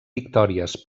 victòries